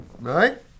Right